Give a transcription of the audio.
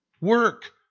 Work